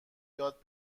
یاد